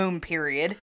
period